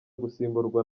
gusimburwa